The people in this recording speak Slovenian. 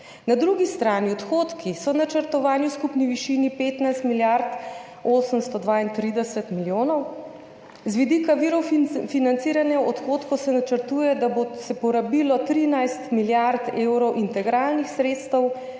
Na drugi strani so načrtovani odhodki v skupni višini 15 milijard 832 milijonov. Z vidika virov financiranja odhodkov se načrtuje, da bo se porabilo 13 milijard evrov integralnih sredstev,